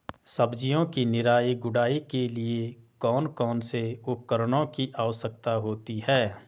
सब्जियों की निराई गुड़ाई के लिए कौन कौन से उपकरणों की आवश्यकता होती है?